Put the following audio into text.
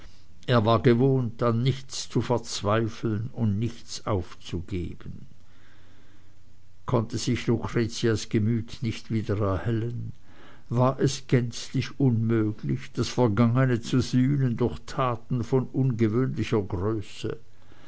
er war gewohnt an nichts zu verzweifeln und nichts aufzugeben konnte sich lucretias gemüt nicht wieder erhellen war es gänzlich unmöglich das vergangene zu sühnen durch taten von ungewöhnlicher größe